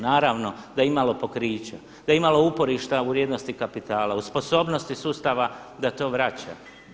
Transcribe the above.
Naravno da je imalo pokrića, da je imalo uporišta u vrijednosti kapitala, u sposobnosti sustava da to vraća.